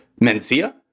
mencia